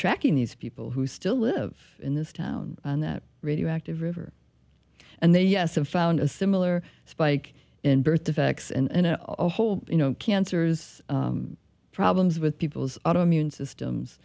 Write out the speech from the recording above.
tracking these people who still live in this town and that radioactive river and they yes have found a similar spike in birth defects and a whole you know cancers problems with people's auto immune